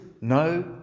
no